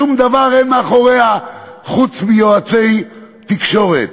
שום דבר אין מאחוריה חוץ מיועצי תקשורת.